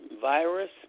virus